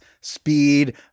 speed